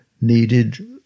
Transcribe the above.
needed